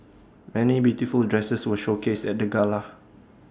many beautiful dresses were showcased at the gala